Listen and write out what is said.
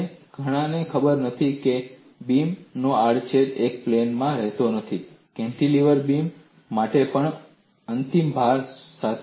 અને ઘણાને ખબર નહિ હોય કે બીમનો આડછેદ એક પ્લેનમાં રહેતો નથી કેન્ટીલીવર બીમ માટે પણ અંતિમ ભાર સાથે